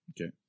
Okay